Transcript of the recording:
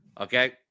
Okay